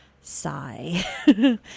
Sigh